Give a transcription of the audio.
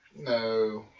No